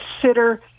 consider